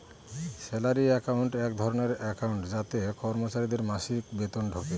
salary account এক ধরনের account যাতে কর্মচারীদের মাসিক বেতন ঢোকে